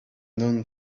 known